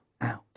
out